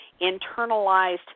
internalized